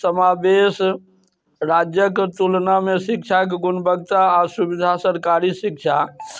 समावेश राज्यक तुलनामे शिक्षाके गुणवत्ता आओर सुविधा सरकारी शिक्षा